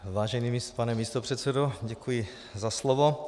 Vážený pane místopředsedo, děkuji za slovo.